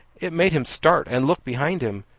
it made him start and look behind him.